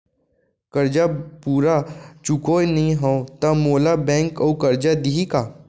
करजा पूरा चुकोय नई हव त मोला बैंक अऊ करजा दिही का?